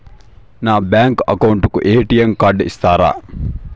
నా bank account కు ATM card ఇస్తారా